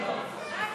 גברתי